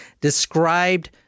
described